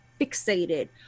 fixated